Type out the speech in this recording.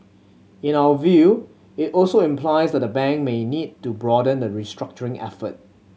in our view it also implies that the bank may need to broaden the restructuring effort